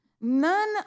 None